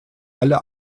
alle